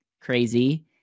crazy